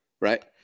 right